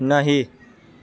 नही